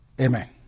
Amen